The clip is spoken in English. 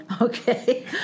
Okay